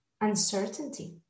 uncertainty